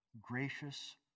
gracious